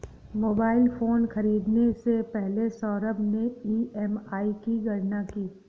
mobile phone खरीदने से पहले सौरभ ने ई.एम.आई की गणना की